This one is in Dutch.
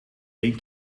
een